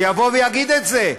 שיבוא ויגיד את זה.